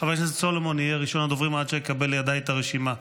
חבר הכנסת סולומון יהיה ראשון הדוברים עד שאקבל לידי את הרשימה.